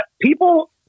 people